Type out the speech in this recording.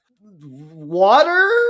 water